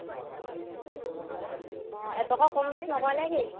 অঁ অঁ অঁ এটকাও কম বেছ নকৰে নে কি